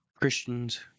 Christians